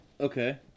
Okay